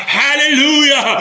hallelujah